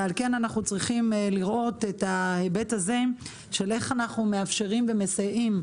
ועל כן אנחנו צריכים לראות את ההיבט הזה של איך אנחנו מאפשרים ומסייעים,